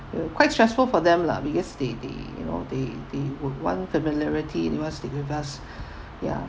uh quite stressful for them lah because they they you know they they would want familiarity they want stick with us ya